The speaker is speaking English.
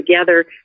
together